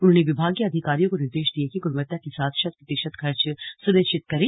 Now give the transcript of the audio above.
उन्होंने विभागीय अधिकारियों को निर्देश दिये कि गुणवत्ता के साथ शत प्रतिशत खर्च सुनिश्चित करें